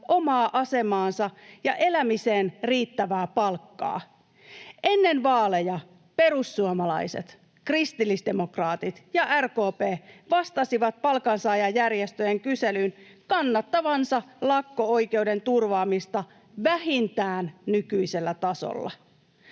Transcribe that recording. omaa asemaansa ja elämiseen riittävää palkkaa. Ennen vaaleja perussuomalaiset, kristillisdemokraatit ja RKP vastasivat palkansaajajärjestöjen kyselyyn kannattavansa lakko-oikeuden turvaamista vähintään nykyisellä tasolla.